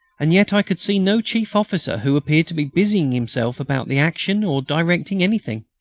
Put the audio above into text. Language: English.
and yet i could see no chief officer who appeared to be busying himself about the action or directing anything.